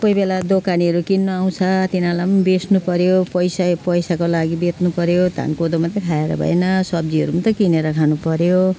कोही बेला दोकानेहरू किन्न आउँछ तिनीहरूलाई पनि बेच्नुपर्यो पैसै पैसाको लागि बेच्नुपर्यो धान कोदो मात्रै खाएर भएन सब्जीहरू पनि त किनेर खानुपर्यो